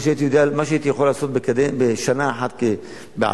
מה שהייתי יכול לעשות בשנה אחת בעבר,